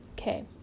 Okay